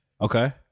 Okay